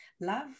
love